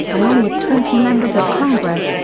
along with twenty members of congress,